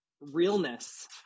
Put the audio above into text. realness